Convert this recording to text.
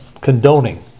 condoning